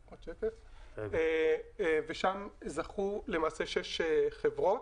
ו-2016, ושם זכו שש חברות.